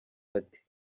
ati